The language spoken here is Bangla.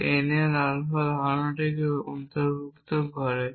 তবে nl আলফা ধারণাকে অন্তর্ভুক্ত করে